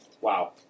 wow